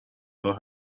for